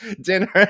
dinner